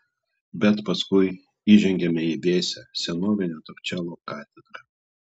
bet paskui įžengiame į vėsią senovinę torčelo katedrą